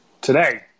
today